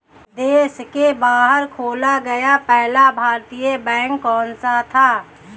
देश के बाहर खोला गया पहला भारतीय बैंक कौन सा था?